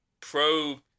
pro